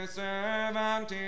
servant